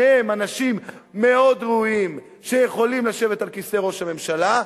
שניהם אנשים מאוד ראויים שיכולים לשבת על כיסא ראש הממשלה.